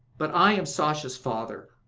but i am sasha's father.